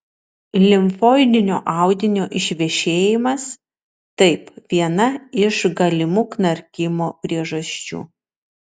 limfoidinio audinio išvešėjimas taip viena iš galimų knarkimo priežasčių